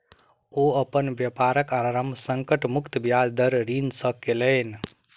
ओ अपन व्यापारक आरम्भ संकट मुक्त ब्याज दर ऋण सॅ केलैन